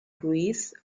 greece